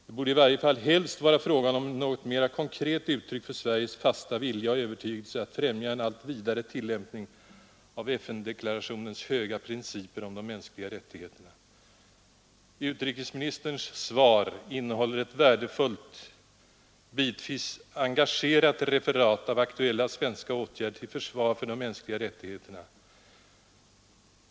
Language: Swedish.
Det borde i varje fall helst vara fråga om något mera konkret uttryck för Sveriges fasta övertygelse och vilja att främja en allt vidare tillämpning av FN-deklarationens höga principer om de mänskliga rättigheterna. Utrikesministerns svar innehåller ett värdefullt, bitvis engagerat referat av aktuella svenska åtgärder till försvar för de mänskliga rättigheterna.